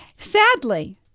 Sadly